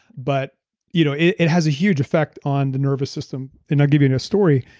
but you know it it has a huge effect on the nervous system. and i'll give you a story.